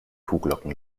kuhglocken